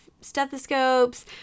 stethoscopes